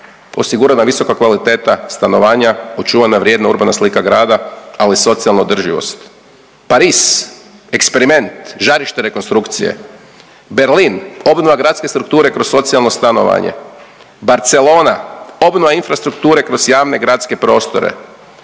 osigurana visoka kvaliteta stanovanja, očuvana vrijedna urbana slika grada, ali i socijalna održivost. Pariz, eksperiment, žarište rekonstrukcije. Berlin, obnova gradske strukture kroz socijalno stanovanje. Barcelona, obnova infrastrukture kroz javne gradske prostore.